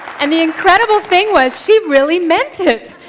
and the incredible thing was she really meant it.